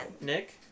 Nick